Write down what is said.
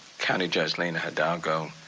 county judge lina hidalgo.